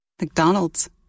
McDonald's